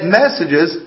messages